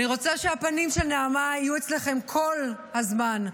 אני רוצה שהפנים של נעמה יהיו אצלכם כל הזמן,